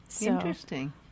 Interesting